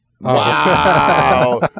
Wow